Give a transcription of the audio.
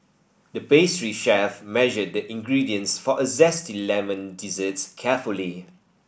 the pastry chef measured the ingredients for a zesty lemon dessert carefully